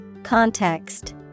Context